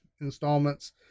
installments